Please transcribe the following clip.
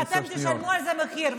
ואתם תשלמו על זה מחיר,